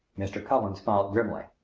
mr. cullen smiled grimly.